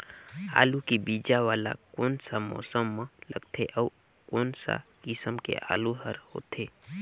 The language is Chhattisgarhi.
आलू के बीजा वाला कोन सा मौसम म लगथे अउ कोन सा किसम के आलू हर होथे?